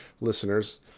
listeners